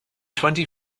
twenty